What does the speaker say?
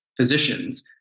physicians